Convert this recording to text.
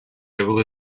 able